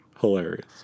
Hilarious